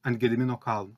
ant gedimino kalno